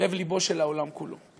לב-לבו של העולם כולו.